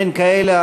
אין כאלה.